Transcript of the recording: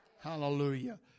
Hallelujah